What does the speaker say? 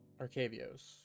Arcavios